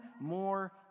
more